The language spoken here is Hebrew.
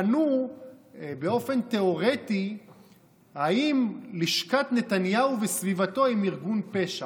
בחנו באופן תיאורטי אם לשכת נתניהו וסביבתו הם ארגון פשע.